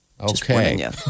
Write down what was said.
Okay